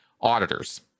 auditors